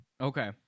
Okay